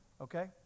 okay